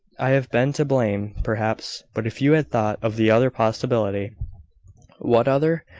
i have been to blame, perhaps but if you had thought of the other possibility what other?